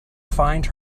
find